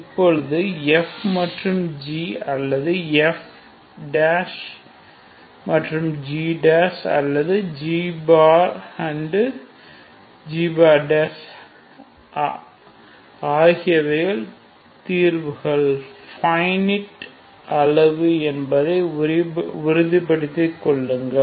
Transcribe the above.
இப்பொழுது fg அல்லது f f' அல்லது g and g அவர்கள் தீர்வுகள் ஃப்பைனிட் அளவு என்பதை உறுதிப்படுத்திக் கொள்ளுங்கள்